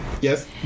Yes